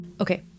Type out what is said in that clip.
Okay